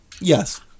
Yes